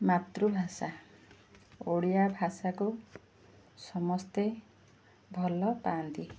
ମାତୃଭାଷା ଓଡ଼ିଆ ଭାଷାକୁ ସମସ୍ତେ ଭଲ ପାଆନ୍ତି